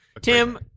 tim